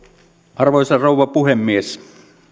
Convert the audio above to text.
arvoisa rouva puhemies